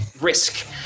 risk